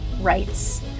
rights